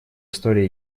истории